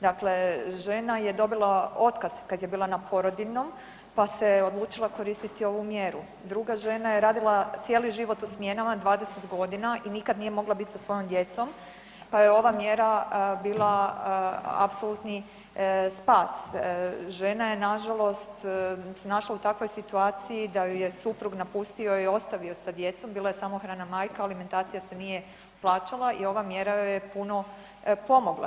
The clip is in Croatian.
Dakle, žena je dobila otkaz kad je bila na porodiljnom, pa se odlučila koristiti ovu mjeru, druga žena je radila cijeli život u smjenama 20 godina i nikad nije mogla bit sa svojom djecom pa joj je ova mjera bila apsolutni spas, žena je nažalost se našla u takvoj situaciji da ju je suprug napustio i ostavio sa djecom, bila je samohrana majka, alimentacije se nije plaćala i ova mjera joj je puno pomogla.